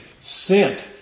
Sent